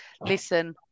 Listen